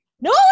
No